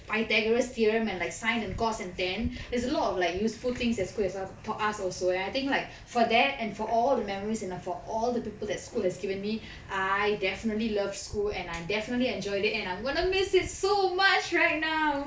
pythagoras theorem and like sine and cos and tan there's a lot of like useful things as school itself had taught us also and I think like for that and for all the memories in err for all the people that school has given me I definitely love school and I definitely enjoyed it and I'm going to miss it so much right now